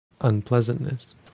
unpleasantness